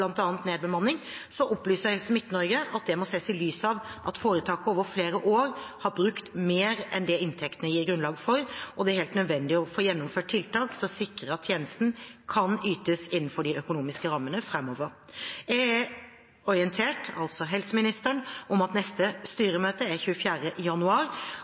nedbemanning, opplyser Helse Midt-Norge at det må ses i lys av at foretaket over flere år har brukt mer enn det inntektene gir grunnlag for, og at det er helt nødvendig å få gjennomført tiltak som sikrer at tjenesten kan ytes innenfor de økonomiske rammene framover. Helseministeren er orientert om at neste styremøte er 24. januar,